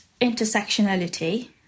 intersectionality